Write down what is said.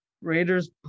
Raiders